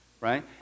right